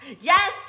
yes